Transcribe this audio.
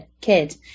kid